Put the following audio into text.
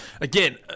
Again